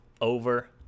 over